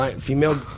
female